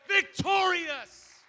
victorious